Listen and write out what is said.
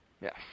Yes